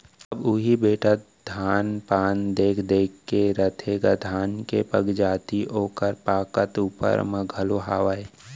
अब उही बेटा धान पान देख देख के रथेगा धान के पगजाति ओकर पाकत ऊपर म घलौ हावय